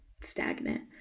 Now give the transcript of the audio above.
stagnant